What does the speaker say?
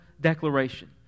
Declaration